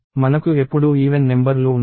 మనకు ఎప్పుడూ even number లు ఉండవు